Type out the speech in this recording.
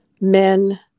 men